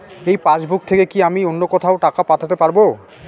এই পাসবুক থেকে কি আমি অন্য কোথাও টাকা পাঠাতে পারব?